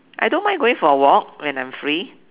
I don't mind going for a walk when I'm free